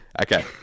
Okay